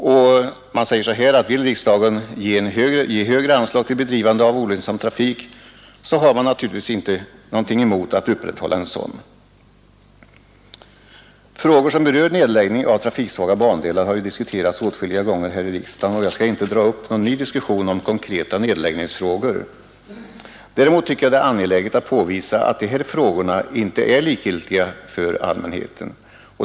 Men man säger att vill riksdagen ge större anslag till bedrivande av olönsam trafik, har man naturligtvis ingenting emot att upprätthålla en sådan. Frågor som berör nedläggning av trafiksvaga bandelar har diskuterats åtskilliga gånger här i riksdagen, och jag skall inte dra upp någon ny diskussion om konkreta nedläggningsfall. Däremot tycker jag det är angeläget att påvisa att de här frågorna inte är likgiltiga för allmänheten.